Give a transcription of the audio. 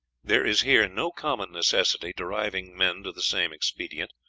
there is here no common necessity driving men to the same expedient,